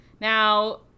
Now